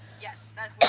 Yes